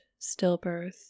stillbirth